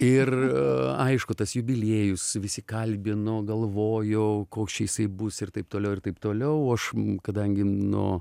ir aišku tas jubiliejus visi kalbino galvojo koks jisai bus ir taip toliau ir taip toliau aš kadangi nuo